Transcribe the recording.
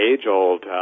age-old